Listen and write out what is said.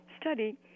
study